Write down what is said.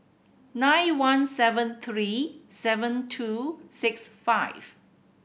nine one seven three seven two six five